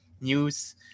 news